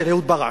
של אהוד ברק,